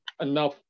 enough